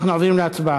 אנחנו עוברים להצבעה.